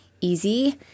easy